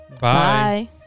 Bye